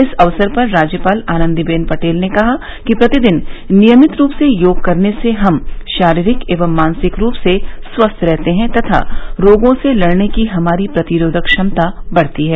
इस अवसर पर राज्यपाल आनंदीबेन पटेल ने कहा कि प्रतिदिन नियमित रूप से योग करने से हम शारीरिक एवं मानसिक रूप से स्वस्थ रहते हैं तथा रोगों से लड़ने की हमारी प्रतिरोधक क्षमता बढ़ती है